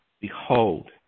Behold